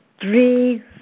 three